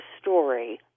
story